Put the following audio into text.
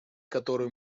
которую